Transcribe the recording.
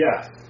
yes